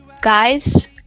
Guys